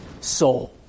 soul